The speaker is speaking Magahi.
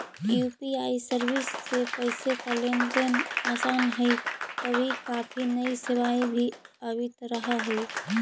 यू.पी.आई सर्विस से पैसे का लेन देन आसान हई तभी काफी नई सेवाएं भी आवित रहा हई